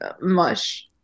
mush